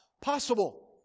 possible